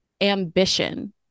ambition